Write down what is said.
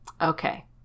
Okay